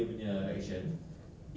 can see